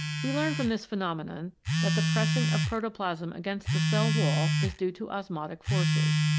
we learn from this phenomenon that the pressing of protoplasm against the cell wall is due to osmotic forces.